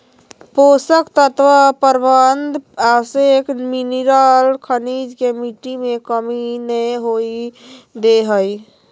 पोषक तत्व प्रबंधन आवश्यक मिनिरल खनिज के मिट्टी में कमी नै होवई दे हई